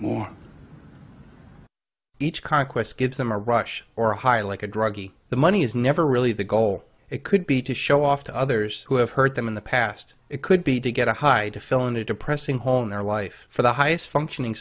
more each conquest gives them a rush or a high like a druggie the money is never really the goal it could be to show off to others who have hurt them in the past it could be to get a hide to fill in a depressing hohner life for the highest functioning